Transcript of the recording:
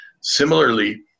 Similarly